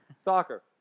Soccer